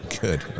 Good